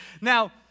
Now